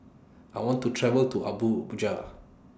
I want to travel to Abuja